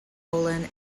olin